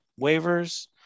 waivers